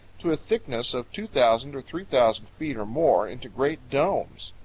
to a thickness of two thousand or three thousand feet or more, into great domes.